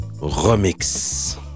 Remix